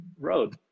road